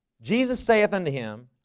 jesus saith unto him.